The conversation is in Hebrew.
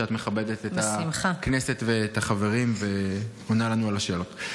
שאת מכבדת את הכנסת ואת החברים ועונה לנו על השאלות.